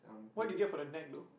what did you get for the neck though